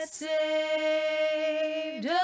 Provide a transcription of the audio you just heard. saved